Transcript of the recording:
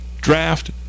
draft